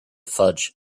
fudge